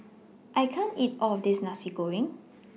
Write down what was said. I can't eat All of This Nasi Goreng